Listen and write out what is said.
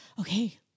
okay